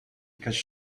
because